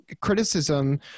criticism